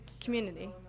community